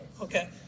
Okay